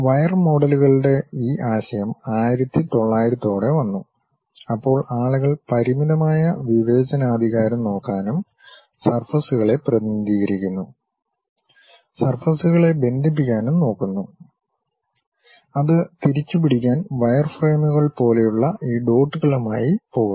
wire മോഡലുകളുടെ ഈ ആശയം 1900 ഓടെ വന്നു അപ്പോൾ ആളുകൾ പരിമിതമായ വിവേചനാധികാരം നോക്കാനും സർഫസ്കളെ പ്രതിനിധീകരിക്കുന്നു സർഫസ്കളെ ബന്ധിപ്പിക്കാനും നോക്കുന്നു അത് തിരിച്ചു പിടിക്കാൻ വയർഫ്രെയിമുകൾ പോലുള്ള ഈ ഡോട്ടുകളുമായി പോകുന്നു